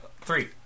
Three